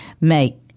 make